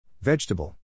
Vegetable